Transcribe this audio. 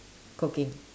cooking